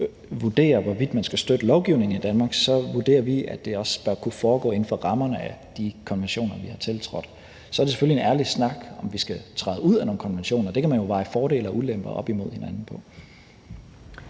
vi vurderer, hvorvidt man skal støtte lovgivning i Danmark, vurderer vi, at det også bør kunne foregå inden for rammerne af de konventioner, vi har tiltrådt. Så er det selvfølgelig en ærlig snak, om vi skal træde ud af nogle konventioner, og det kan man jo veje fordele og ulemper op imod hinanden på.